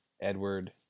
Edward